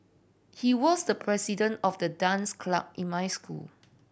he was the president of the dance club in my school